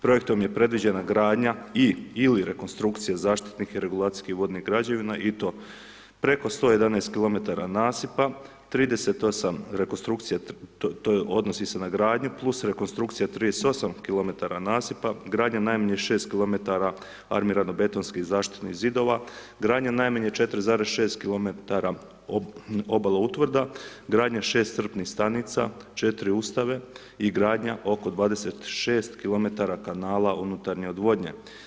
Projektom je predviđena gradnja i/ili rekonstrukcija zaštitnih i regulacijskih vodnih građevina i to preko 111 km nasipa, 38 rekonstrukcija odnosi se na gradnju plus rekonstrukcija 38 km nasipa, gradnja najmanje 6 km armirano betonsko zaštitnih zidova, gradnja najmanje 4,6 km obaloutvrda, gradnja 6 crpnih stanica, 4 ustave i gradnja oko 26 km kanala unutarnje odvodnje.